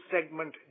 segment